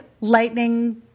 lightning